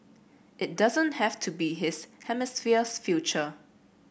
it doesn't have to be his hemisphere's future